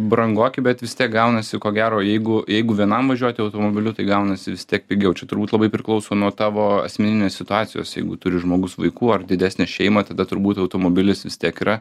brangoki bet vis tiek gaunasi ko gero jeigu jeigu vienam važiuoti automobiliu tai gaunasi vis tiek pigiau čia turbūt labai priklauso nuo tavo asmeninės situacijos jeigu turi žmogus vaikų ar didesnę šeimą tada turbūt automobilis vis tiek yra